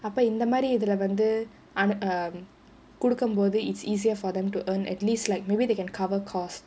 அப்போ இந்த மாதிரி இதுல வந்து:appo intha maathiri ithula vanthu um குடுக்கும் போது:kudukkum podhu it's easier for them to earn at least like maybe they can cover costs